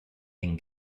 and